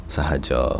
Sahaja